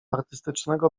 artystycznego